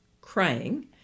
crying